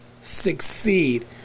succeed